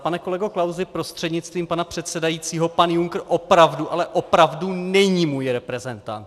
Pane kolego Klausi prostřednictvím pana předsedajícího, pan Juncker opravdu, ale opravdu není můj reprezentant.